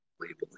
labeling